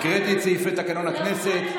מכירים את סעיפי תקנון הכנסת?